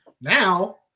Now